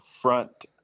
front